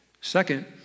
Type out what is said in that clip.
Second